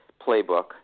playbook